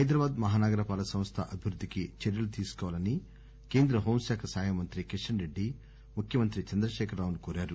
హైదరాబాద్ మహానగర పాలక సంస్థ అభివృద్దికి చర్యలు తీసుకోవాలని కేంద్ర హోం శాఖ సహాయ మంత్రి కిషన్ రెడ్డి ముఖ్యమంత్రి చంద్రశేఖర్ రావును కోరారు